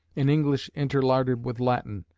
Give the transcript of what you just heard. in english interlarded with latin,